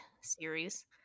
series